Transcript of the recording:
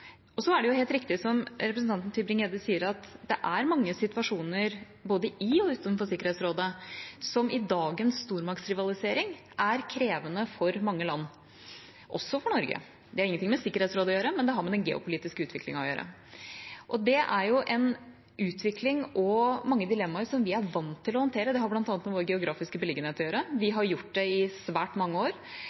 og har. Så er det helt riktig som representanten Tybring-Gjedde sier: Det er mange situasjoner både i og utenfor Sikkerhetsrådet som i dagens stormaktrivalisering er krevende for mange land, også for Norge. Det har ingenting med Sikkerhetsrådet å gjøre. Det har med den geopolitiske utviklingen å gjøre, og det er jo en utvikling og mange dilemmaer som vi er vant til å håndtere. Det har bl.a. med vår geografiske beliggenhet å gjøre. Vi har gjort det i svært mange år.